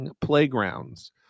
playgrounds